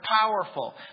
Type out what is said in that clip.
powerful